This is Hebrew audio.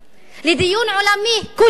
לדיון עולמי כולל.